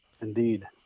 Indeed